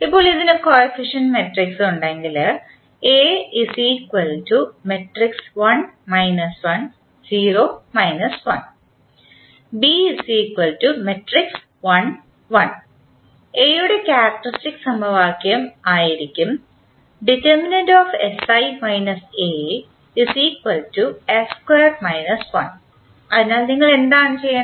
ഇപ്പോൾ ഇതിന് coefficient matrix ഉണ്ടെങ്കിൽ A യുടെ ക്യാരക്ക്റ്ററിസ്റ്റിക് സമവാക്യം ആയിരിക്കും അതിനാൽ നിങ്ങൾ എന്താണ് ചെയ്യേണ്ടത്